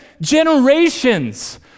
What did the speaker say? generations